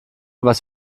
was